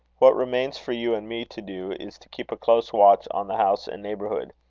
what remains for you and me to do, is to keep a close watch on the house and neighbourhood.